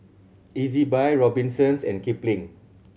Ezbuy Robinsons and Kipling